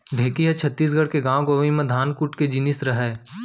ढेंकी ह छत्तीसगढ़ के गॉंव गँवई म धान कूट के जिनिस रहय